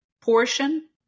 portion